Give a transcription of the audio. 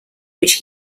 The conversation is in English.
which